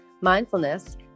mindfulness